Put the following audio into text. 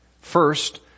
First